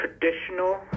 traditional